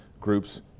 groups